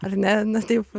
ar ne na taip